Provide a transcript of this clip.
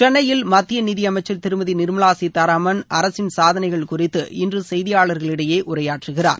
சென்னையில் மத்திய நிதியமைச்சர் திருமதி நிர்மலா சீதாராமன் அரசின் சாதனைகள் குறித்து இன்று செய்தியாளளர்களிடையே உரையாற்றுகிறார்